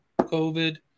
covid